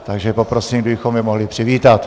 Takže poprosím, kdybychom je mohli přivítat.